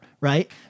right